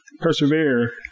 Persevere